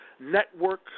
Network